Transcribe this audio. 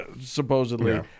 supposedly